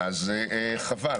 וזה חבל.